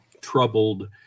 troubled